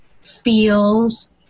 feels